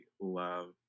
love